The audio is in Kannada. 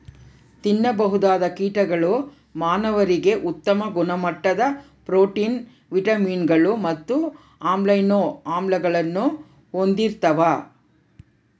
ತಿನ್ನಬಹುದಾದ ಕೀಟಗಳು ಮಾನವರಿಗೆ ಉತ್ತಮ ಗುಣಮಟ್ಟದ ಪ್ರೋಟೀನ್, ವಿಟಮಿನ್ಗಳು ಮತ್ತು ಅಮೈನೋ ಆಮ್ಲಗಳನ್ನು ಹೊಂದಿರ್ತವ